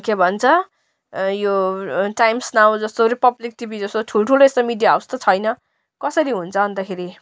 के भन्छ यो टाइम्स नाउ जस्तो रिपब्लिक टिभी जस्तो ठुलो यस्तो मिडिया हाउस त छैन कसरी हुन्छ अन्तखेरि